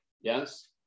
yes